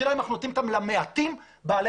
האלה אם אנחנו נותנים אותם למעטים בעלי